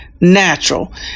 Natural